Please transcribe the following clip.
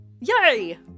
Yay